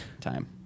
time